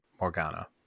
Morgana